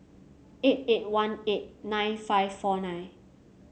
eight eight one eight nine five four nine